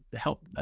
help